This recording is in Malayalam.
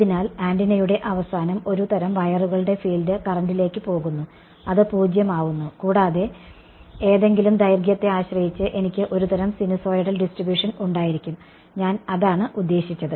അതിനാൽ ആന്റിനയുടെ അവസാനം ഒരു തരം വയറുകളുടെ ഫീൽഡ് കറന്റിലേക്ക് പോകുന്നു അത് 0 ആവുന്നു കൂടാതെ ഏതെങ്കിലും ദൈർഘ്യത്തെ ആശ്രയിച്ച് എനിക്ക് ഒരുതരം സിനുസോയ്ഡൽ ഡിസ്ട്രിബ്യൂഷൻ ഉണ്ടായിരിക്കും ഞാൻ അതാണ് ഉദ്യേശിച്ചത്